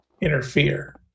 interfere